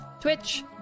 twitch